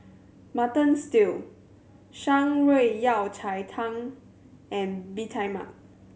Mutton Stew Shan Rui Yao Cai Tang and Bee Tai Mak